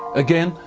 again,